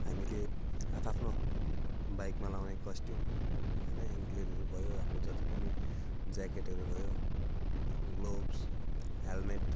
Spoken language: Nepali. हामीले आफ आफ्नो बाइकमा लगाउने कस्टियुम होइन इन्कलेटहरू भयो हाम्रो जति पनि ज्याकेटहरू भयो ग्लोब्स हेलमेट